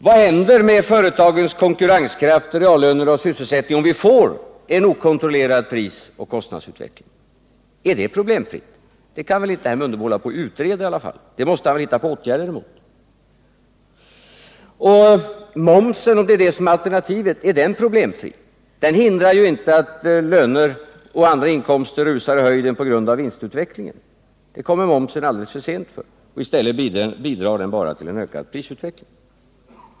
Vad händer med företagens konkurrenskraft, reallönerna och sysselsättningen om vi får en okontrollerad prisoch kostnadsutveckling? Är det problemfritt? Det kan väl inte herr Mundebo utreda i alla fall, det måste han väl hitta på åtgärder mot. Är momsen — om det är den som är alternativet — problemfri? Den hindrar inte att löner och andra inkomster rusar i höjden på grund av vinstutvecklingen. Det kommer momsen alldeles för sent för. I stället bidrar den bara till en ökad prisutveckling.